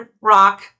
rock